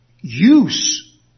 Use